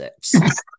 six